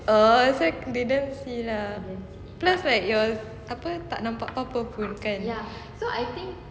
oh it's like didn't see lah cause like your apa tak nampak apa-apa pun kan